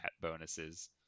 bonuses